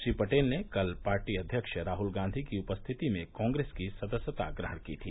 श्री पटेल ने कल पार्टी अध्यक्ष राहल गॉधी की उपस्थिति में कांग्रेस की सदस्यता ग्रहण की थी